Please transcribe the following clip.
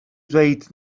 ddweud